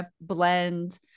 blend